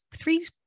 three